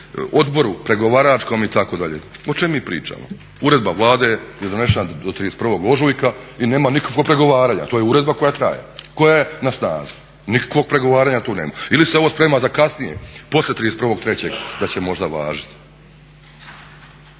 odboru pregovaračkom itd.. O čemu mi pričamo? Uredba Vlade je donesena do 31. ožujka i nema nikakvog pregovaranja, to je uredba koja traje, koja je na snazi. Nikakvog pregovaranja tu nema. Ili se ovo sprema za kasnije poslije 31. 3. da će možda važiti?